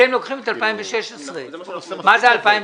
אתם לוקחים את 2016. מה זה 2016?